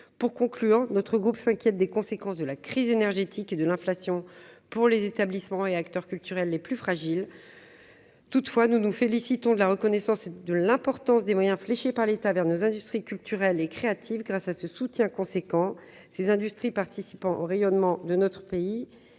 pour conclure notre groupe s'inquiète des conséquences de la crise énergétique et de l'inflation pour les établissements et acteurs culturels les plus fragiles, toutefois : nous nous félicitons de la reconnaissance de l'importance des moyens fléché par l'État, vers nos industries culturelles et créatives, grâce à ce soutien conséquent ces industries participant au rayonnement de notre pays